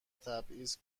تبعیض